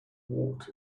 walked